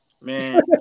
man